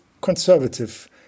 conservative